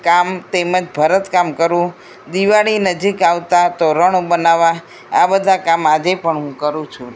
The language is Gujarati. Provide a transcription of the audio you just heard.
કામ તેમજ ભરત કામ કરવું દિવાળી નજીક આવતા તોરણ બનાવવા આ બધા કામ આજે પણ હું કરું છું